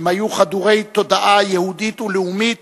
הם היו חדורי תודעה יהודית ולאומית